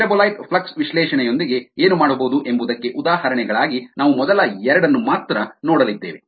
metabolite flux ವಿಶ್ಲೇಷಣೆಯೊಂದಿಗೆ ಏನು ಮಾಡಬಹುದು ಎಂಬುದಕ್ಕೆ ಉದಾಹರಣೆಗಳಾಗಿ ನಾವು ಮೊದಲ ಎರಡನ್ನು ಮಾತ್ರ ನೋಡಲಿದ್ದೇವೆ